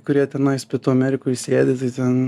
kurie tenais pietų amerikoje sėdi tai ten